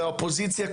מהאופוזיציה,